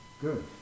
Good